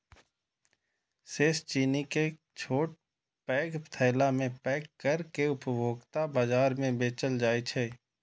शेष चीनी कें छोट पैघ थैला मे पैक कैर के उपभोक्ता बाजार मे बेचल जाइ छै